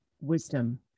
wisdom